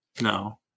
No